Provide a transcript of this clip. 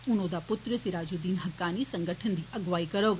हुन औदा पुत्र सिराजूद्दीन हक्कानी संगठन दी अगुवाई करौग